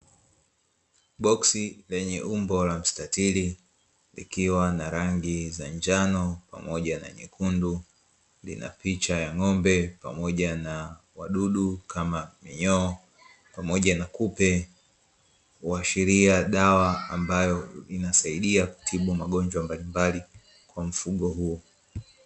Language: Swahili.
Boksi lenye umbo la mstatili, likiwa na rangi za njano pamoja na nyekundu, lina picha ya ng’ombe pamoja na wadudu kama: minyoo, pamoja na kupe, kuashiria dawa ambayo inasaidia kutibu magonjwa mbalimbali kwa mfugo huo.